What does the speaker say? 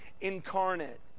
incarnate